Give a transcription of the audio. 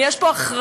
אם יש פה אחריות